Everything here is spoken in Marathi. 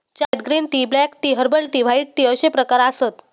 चायत green tea, black tea, herbal tea, white tea अश्ये प्रकार आसत